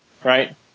Right